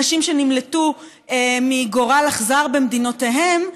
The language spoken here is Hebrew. אנשים שנמלטו מגורל אכזר במדינותיהם,